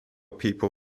people